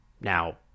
Now